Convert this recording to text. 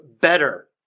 better